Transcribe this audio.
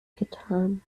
getan